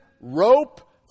rope